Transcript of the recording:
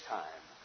time